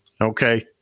Okay